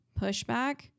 Pushback